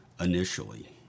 initially